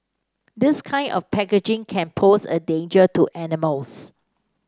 this kind of packaging can pose a danger to animals